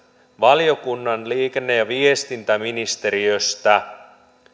valiokunnan liikenne ja viestintäministeriöstä